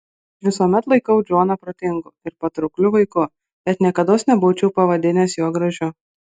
aš visuomet laikiau džoną protingu ir patraukliu vaiku bet niekados nebūčiau pavadinęs jo gražiu